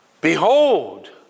Behold